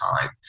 time